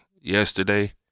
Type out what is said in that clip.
yesterday